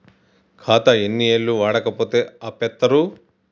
ఖాతా ఎన్ని ఏళ్లు వాడకపోతే ఆపేత్తరు?